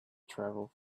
travel